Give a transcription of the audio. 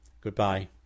Goodbye